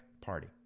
Party